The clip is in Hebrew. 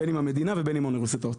בין אם המדינה ובין אם האוניברסיטאות.